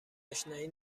آشنایی